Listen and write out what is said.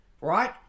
right